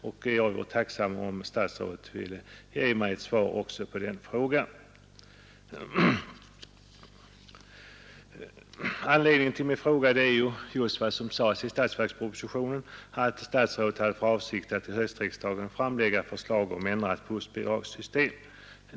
Jag vore därför tacksam om statsrådet ville ge mig ett svar också på den frågan. Anledningen till min fråga har varit det som sades i statsverkspropositionen, nämligen att statsrådet hade för avsikt att till höstriksdagen framlägga förslag om ändrat bussbidragssystem.